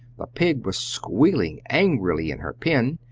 the pig was squealing angrily in her pen,